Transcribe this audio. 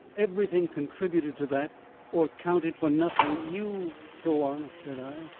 everything contributed to that or counted for nothing. you go on, said i.